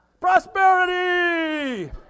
Prosperity